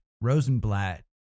Rosenblatt